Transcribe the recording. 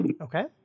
Okay